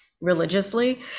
Religiously